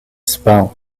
spell